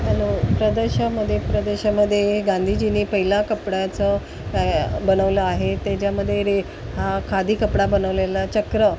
hello परदेशामध्ये प्रदेशामध्ये गांधीजीने पहिला कपड्याचं काय बनवलं आहे त्याच्यामध्ये रे हा खादी कपडा बनवलेला चक्र